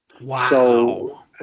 Wow